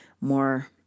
more